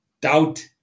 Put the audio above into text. Doubt